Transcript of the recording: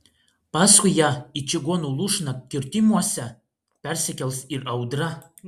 paskui ją į čigonų lūšną kirtimuose persikels ir audra